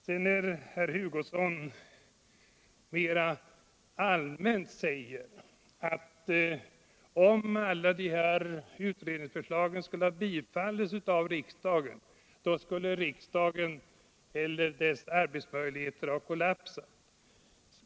Herr Hugosson säger mera allmänt att om alla dessa utredningsförslag skulle ha bifallits av riksdagen, så skulle hela det svenska utrednings maskineriet ha kollapsat.